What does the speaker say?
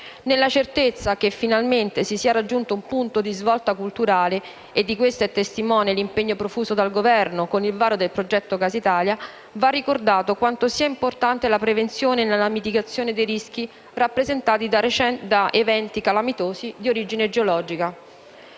Nella certezza che finalmente si sia raggiunto un punto di svolta culturale - e di questo è testimone l'impegno profuso dal Governo con il varo del progetto Casa Italia - va ricordato quanto sia importante la prevenzione nella mitigazione dei rischi rappresentati da eventi calamitosi di origine geologica.